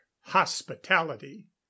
hospitality